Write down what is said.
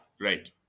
Right